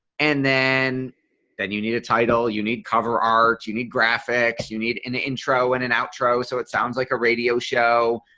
and then then you need a title you need cover art you need graphics. you need an ah intro and an outro. so it sounds like a radio show.